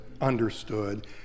understood